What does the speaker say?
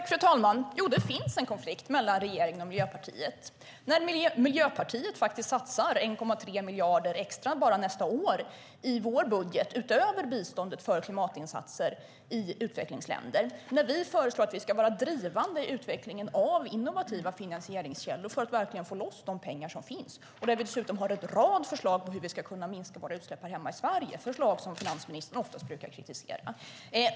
Fru talman! Det finns en konflikt mellan regeringen och Miljöpartiet när Miljöpartiet satsar 1,3 miljarder extra bara nästa år i vår budget utöver biståndet för klimatinsatser i utvecklingsländer och när vi föreslår att vi ska vara drivande i utvecklingen av innovativa finansieringskällor för att verkligen få loss de pengar som finns. Dessutom har vi en rad förslag på hur vi ska kunna minska våra utsläpp här hemma i Sverige. Det är förslag som finansministern oftast brukar kritisera.